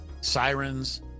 sirens